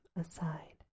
aside